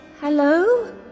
hello